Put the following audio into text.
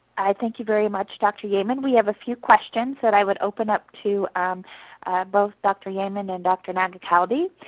i thank you very much, dr. yeaman. we have a few questions that i will open up to um both dr. yeaman and dr. nagykaldi.